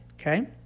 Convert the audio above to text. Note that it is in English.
okay